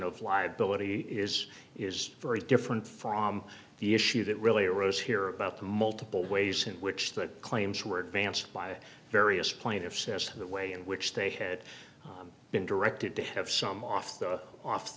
of liability is is very different from the issue that really arose here about the multiple ways in which the claims were advanced by various point of stairs to the way in which they had been directed to have some off the off the